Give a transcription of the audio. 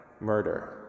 murder